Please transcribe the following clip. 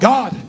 God